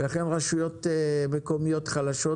ולכן רשויות מקומיות חלשות